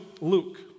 Luke